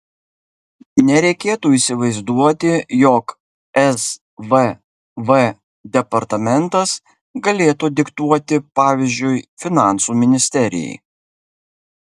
nereikėtų įsivaizduoti jog svv departamentas galėtų diktuoti pavyzdžiui finansų ministerijai